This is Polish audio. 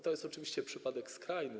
To jest oczywiście przypadek skrajny.